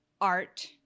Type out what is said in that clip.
art